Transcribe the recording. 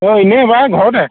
অঁ এনেই পাই ঘৰতে